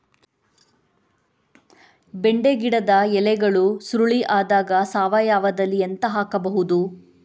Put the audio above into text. ಬೆಂಡೆ ಗಿಡದ ಎಲೆಗಳು ಸುರುಳಿ ಆದಾಗ ಸಾವಯವದಲ್ಲಿ ಎಂತ ಹಾಕಬಹುದು?